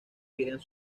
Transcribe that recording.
querían